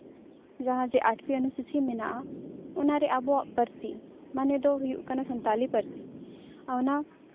ᱡᱟᱦᱟᱸ ᱡᱮ ᱟᱴᱷᱣᱟ ᱚᱱᱩᱥᱩᱪᱤ ᱢᱮᱱᱟᱜᱼᱟ ᱚᱱᱟ ᱨᱮ ᱟᱵᱚᱣᱟᱜ ᱯᱟᱹᱨᱥᱤ ᱢᱟᱱᱮ ᱫᱚ ᱦᱩᱭᱩᱜ ᱠᱟᱱᱟ ᱥᱟᱱᱛᱟᱞᱤ ᱯᱟᱹᱨᱥᱤ ᱚᱱᱟ